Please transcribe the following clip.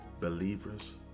believers